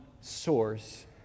source